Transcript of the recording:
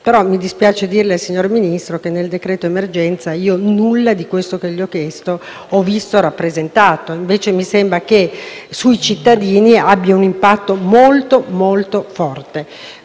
Però mi dispiace dirle, signor Ministro, che nel decreto-legge emergenza nulla di quanto le ho chiesto ho visto rappresentato; invece, mi sembra che sui cittadini abbia un impatto davvero molto forte.